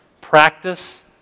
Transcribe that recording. practice